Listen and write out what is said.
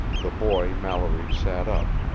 the boy mallory sat up.